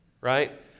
right